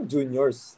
Juniors